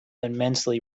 immensely